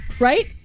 Right